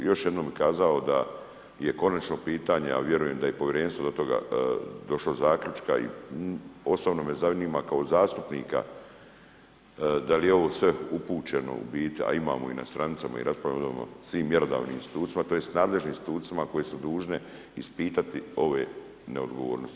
Još jednom bih kazao da je konačno pitanje, a vjerujem da je i Povjerenstvo do toga došlo zaključkom i osobno me zanima kao zastupnika da li je ovo sve upućeno u biti, a imamo i na stranicama i raspravljamo o svim mjerodavnim institucija, tj. nadležnim institucijama koje su dužne ispitati ove neodgovornosti.